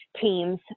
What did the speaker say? teams